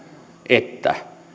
että